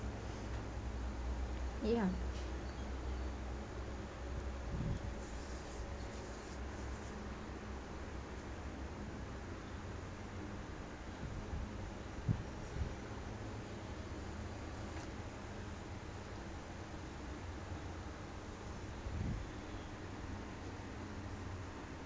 ya